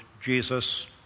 Jesus